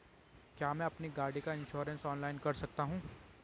क्या मैं अपनी गाड़ी का इन्श्योरेंस ऑनलाइन कर सकता हूँ?